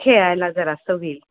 खेळायला जरासं होईल